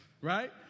right